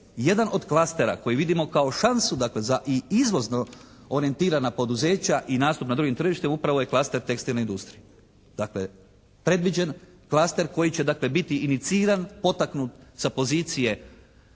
jedan od klastera koji vidimo kao šansu dakle za i izvozno orijentirana poduzeća i nastup na drugim tržištem upravo je klaster tekstilne industrije. Dakle predviđen klaster koji će dakle biti iniciran, potaknut sa pozicije